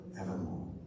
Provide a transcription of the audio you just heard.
evermore